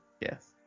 Yes